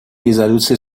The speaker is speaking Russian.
резолюции